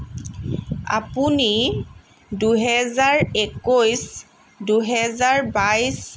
আপুনি দুহেজাৰ একৈশ দুহেজাৰ বাইশ